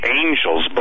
angels